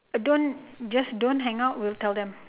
don't just don't hang up we'll tell them